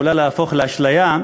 יכולה להפוך לאשליה,